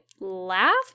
laugh